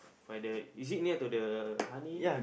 find the is it near to the honey